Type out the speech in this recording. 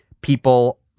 people